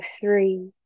three